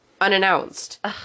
unannounced